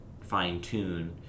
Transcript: fine-tune